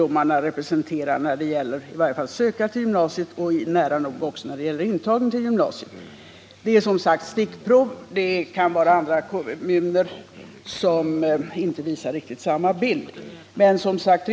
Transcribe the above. Så är fallet i varje fall när det gäller att söka sig till gymnasiet, men invandrareleverna ligger inte heller långt efter när det gäller intagningen. Det rör sig här som sagt om stickprov, och andra kommuner kan naturligtvis visa en bild som inte är riktigt densamma.